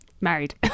married